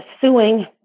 suing